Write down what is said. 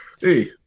Hey